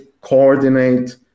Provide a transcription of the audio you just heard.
coordinate